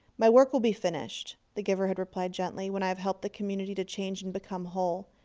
my work will be finished, the giver had replied gently, when i have helped the community to change and become whole.